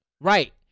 Right